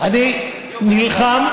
אני נלחם.